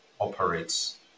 operates